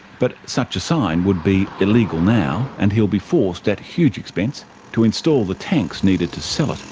but such a sign would be illegal now and he will be forced at huge expense to install the tanks needed to sell it.